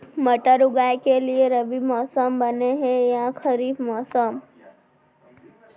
मटर उगाए के लिए रबि मौसम बने हे या खरीफ मौसम?